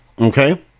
Okay